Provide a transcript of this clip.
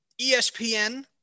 ESPN